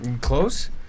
close